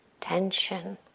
tension